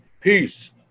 Peace